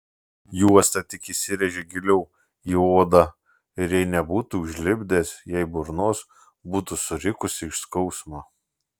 juosta tik įsirėžė giliau į odą ir jei nebūtų užlipdęs jai burnos būtų surikusi iš skausmo